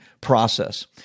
process